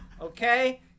okay